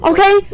Okay